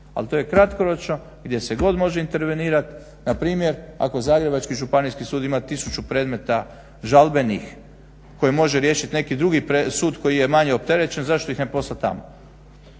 ali to je kratkoročno gdje se god može intervenirat. Npr. ako zagrebački županijski sud ima tisuću predmeta žalbenih koje može riješit neki drugi sud koji je manje opterećen zašto ih ne poslat tamo.